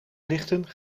lichten